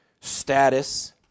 status